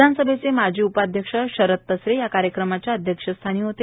विधानसभेचे माजी उपाध्यक्ष शरद तसरे कार्यक्रमाच्या अध्यक्षस्थानी होते